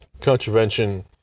contravention